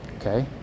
okay